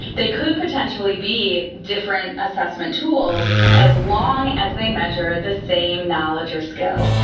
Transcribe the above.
they could potentially be different assessment tools as long as they measure the same knowledge or skills.